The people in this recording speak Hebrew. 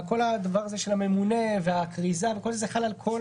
כל הדבר הזה של הממונה והכריזה זה חל על כל